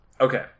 Okay